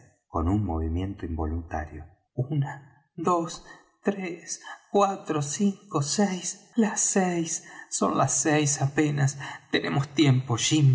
con un movimiento involuntario una dos tres cuatro cinco seis las seis son las seis apenas tenemos tiempo